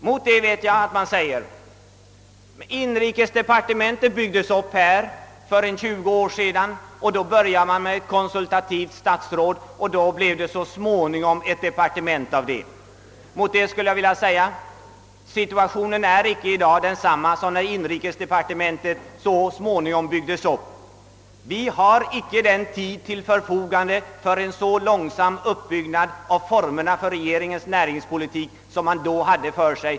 Nu vet jag att man kommer att invända att inrikesdepartementet började byggas upp med ett konsultativt statsråd för 20 år sedan, och så småningom blev det ett departement. Men då vill jag invända att situationen i dag inte är densamma som när inrikesdepartementet byggdes upp. Nu har vi inte tid med en lika långsam uppbyggnad av formerna för regeringens näringspolitik.